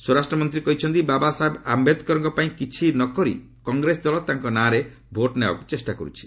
ସ୍ୱରାଷ୍ଟ୍ରମନ୍ତ୍ରୀ କହିଛନ୍ତି ବାବାସାହେବ ଆମ୍ଘେଦକରଙ୍କ ପାଇଁ କିଛି ନ କରି କଂଗ୍ରେସ ଦଳ ତାଙ୍କ ନାଁରେ ଭୋଟ୍ ନେବାକୁ ଚେଷ୍ଟା କରୁଛି